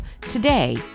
today